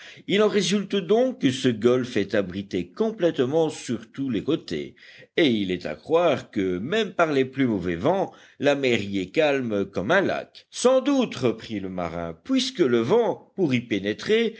il en résulte donc que ce golfe est abrité complètement sur tous les côtés et il est à croire que même par les plus mauvais vents la mer y est calme comme un lac sans doute reprit le marin puisque le vent pour y pénétrer